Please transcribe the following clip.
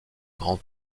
grand